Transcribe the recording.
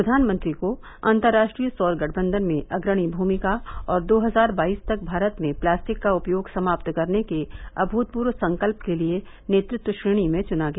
प्रधानमंत्री को अंतर्राष्ट्रीय सौर गठबंधन में अग्रणी भूमिका और दो हजार बाईस तक भारत में प्लास्टिक का उपयोग समाप्त करने के अभूतपूर्व संकल्प के लिए नेतृत्व श्रेणी में चुना गया